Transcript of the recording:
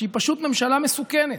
היא פשוט ממשלה מסוכנת.